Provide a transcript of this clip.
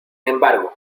embargo